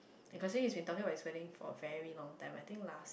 and firstly he's been talking about his wedding for a very long time I think last